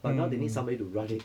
but now they need somebody to run it